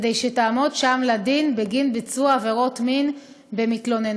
כדי שתעמוד שם לדין בגין ביצוע עבירות מין במתלוננות.